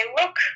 look